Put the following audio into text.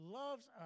loves